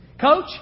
Coach